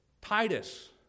Titus